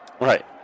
Right